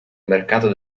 mercato